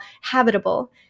habitable